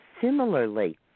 Similarly